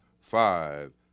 five